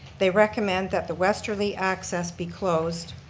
they recommend that the westerly access be closed,